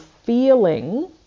Feeling